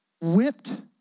whipped